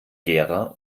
gera